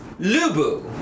Lubu